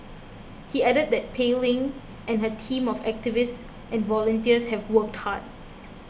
he added that Pei Ling and her team of activists and volunteers have worked hard